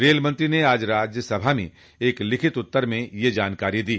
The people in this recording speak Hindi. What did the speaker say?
रेलमंत्री ने आज राज्यसभा में एक लिखित उत्तर में यह जानकारी दी